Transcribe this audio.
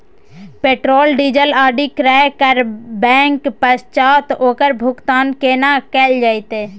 Petrol, diesel आदि क्रय करबैक पश्चात ओकर भुगतान केना कैल जेतै?